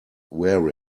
wear